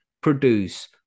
produce